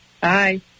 Bye